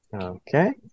Okay